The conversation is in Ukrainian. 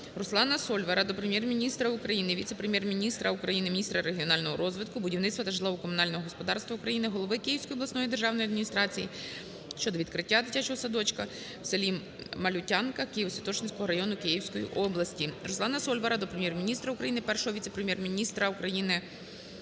РусланаСольвара до Прем'єр-міністра України, віце-прем'єр-міністра України, міністра регіонального розвитку, будівництва та житлово-комунального господарства України, голови Київської обласної державної адміністрації щодо відкриття дитячого садочку в селі Малютянка Києво-Святошинського району Київської області. РусланаСольвара до Прем'єр-міністра України, Першого віце-прем'єр-міністра України,